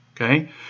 Okay